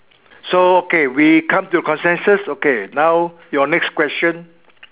so okay we come to consensus okay now your next question